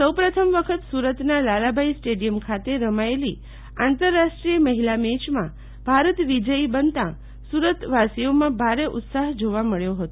સૌપ્રથમ વખત સુરતના લાલાભાઈ સ્ટેડિયમ ખાતે રમાયેલી આંતરરાષ્ટ્રીય મહિલા મેચમાં ભારત વિજયી બનતા સુરતવાસીઓમાં ભારે ઉત્સાહ જોવા મળ્યો હતો